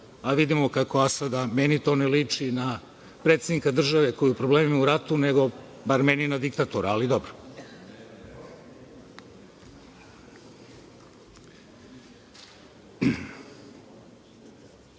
a vidimo kako Asada, meni to ne liči na predsednika države koji je u problemima i u ratu, nego, bar meni, na diktatora, ali dobro. Preći